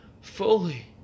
fully